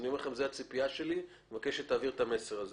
זאת הציפייה שלי, אני מבקש להעביר את המסר.